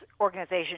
organization